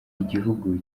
igihugu